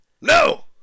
No